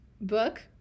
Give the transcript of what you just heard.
book